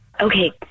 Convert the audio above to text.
Okay